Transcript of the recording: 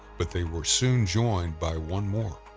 but they were soon joined by one more.